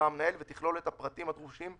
"." כאן, לפי תקנות כללי ההשקעה לגופים מוסדיים,